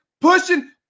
pushing